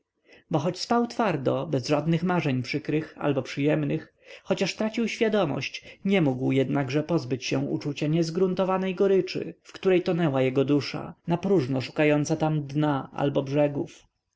bo choć spał twardo bez żadnych marzeń przykrych albo przyjemnych chociaż tracił świadomość nie mógł jednakże pozbyć się uczucia niezgruntowanej goryczy w której tonęła jego dusza napróżno szukająca tam dna albo brzegów